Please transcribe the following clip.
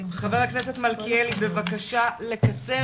חבר הכנסת מליכאלי, בבקשה לקצר.